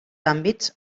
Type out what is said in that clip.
àmbits